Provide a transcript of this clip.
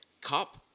Cop